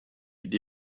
mit